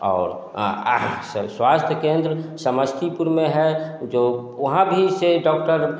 और स्वास्थ्य केंद्र समस्तीपुर में है जो वहाँ भी से डॉक्टर